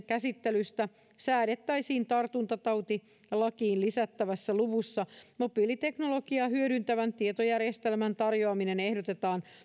käsittelystä säädettäisiin tartuntatautilakiin lisättävässä luvussa mobiiliteknologiaa hyödyntävän tietojärjestelmän tarjoaminen ehdotetaan